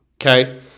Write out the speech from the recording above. Okay